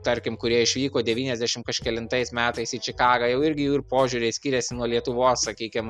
tarkim kurie išvyko devyniasdešimt kažkelintais metais į čikagą jau irgi jų ir požiūriai skiriasi nuo lietuvos sakykim